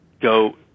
go